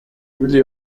ibili